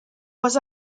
was